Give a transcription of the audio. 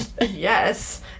Yes